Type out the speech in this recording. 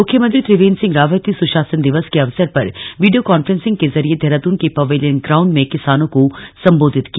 मुख्यमंत्री त्रिवेंद्र सिंह रावत ने सुशासन दिवस के अवसर पर वीडियो कॉन्फ्रेंसिंग के जरिए देहरादून के पवेलियन ग्राउंड में किसानों को संबोधित किया